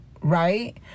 right